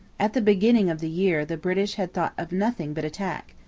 at the beginning of the year the british had thought of nothing but attack.